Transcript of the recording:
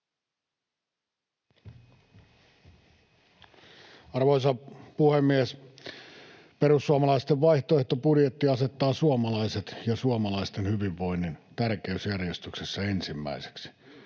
Arvoisa puhemies! Perussuomalaisten vaihtoehtobudjetti asettaa suomalaiset ja suomalaisten hyvinvoinnin tärkeysjärjestyksessä ensimmäiseksi.